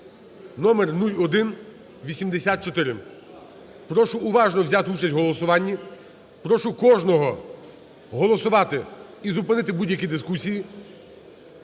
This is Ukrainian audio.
(№ 0184). Прошу уважно взяти участь у голосуванні. Прошу кожного голосувати і зупинити будь-які дискусії.